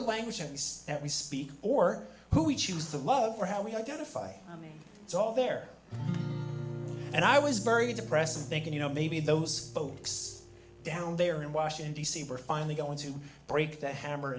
the language and use that we speak or who we choose the love for how we identify i mean it's all there and i was very depressed and thinking you know maybe those folks down there in washington d c we're finally going to break the hammer